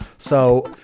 so,